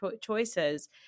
choices